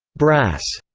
brass,